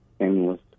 endless